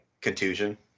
contusion